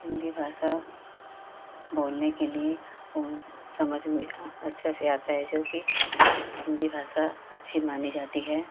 हिन्दी भाषा बोलने के लिए ओ समझ में अच्छा से आता है जोकि हिन्दी भाषा अच्छी मानी जाती है